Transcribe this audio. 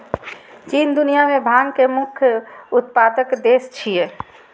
चीन दुनिया मे भांग के मुख्य उत्पादक देश छियै